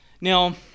Now